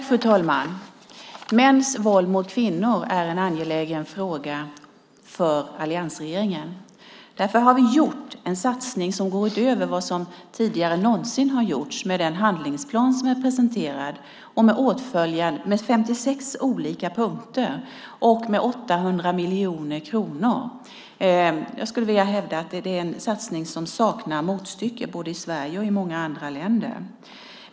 Fru talman! Mäns våld mot kvinnor är en angelägen fråga för alliansregeringen. Därför har vi gjort en satsning som går utöver vad som tidigare någonsin har gjorts med den handlingsplan som är presenterad med 56 olika punkter och med 800 miljoner kronor. Jag skulle vilja hävda att det är en satsning som saknar motstycke både i Sverige och i många andra länder.